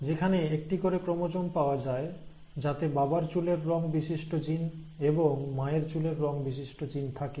যেখানে একটি করে ক্রোমোজোম পাওয়া যায় যাতে বাবার চুলের রং বিশিষ্ট জিন এবং মায়ের চুলের রং বিশিষ্ট জিন থাকে